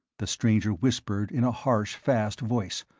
the stranger whispered, in a harsh fast voice.